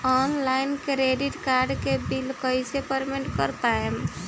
Online credit card के bill कइसे payment कर पाएम?